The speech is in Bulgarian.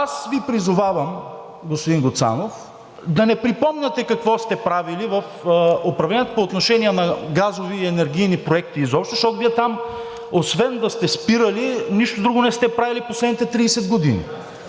Аз Ви призовавам, господин Гуцанов, да не припомняте какво сте правили в управлението по отношение на газови и енергийни проекти изобщо, защото Вие там, освен да сте спирали, нищо друго не сте правили в последните 30 години.